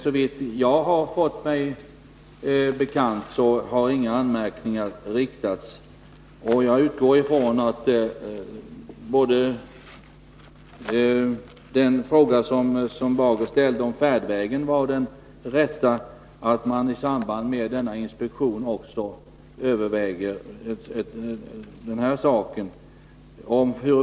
Såvitt jag vet har inga anmärkningar riktats härvidlag. Erling Bager frågade om färdvägen var den rätta. Jag utgår från att man i samband med inspektion också överväger den saken.